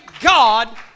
God